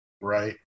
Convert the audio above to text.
right